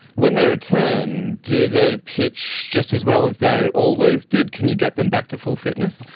when they return do they pitch just as well as they always did? can you get them back to full fitness?